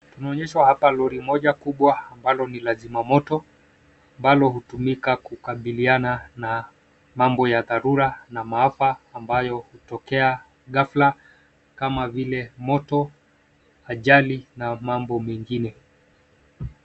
Tunaonyeshwa hapa lori moja kubwa ambalo ni la zimamamoto ambalo hutumika kukabiliana na mambo ya dharura na maafa ambayo hutokea ghafla kama vile moto, ajali na mambo mengine.